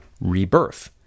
rebirth